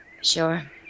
Sure